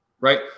right